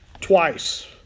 twice